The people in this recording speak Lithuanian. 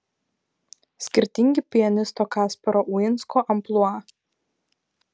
skirtingi pianisto kasparo uinsko amplua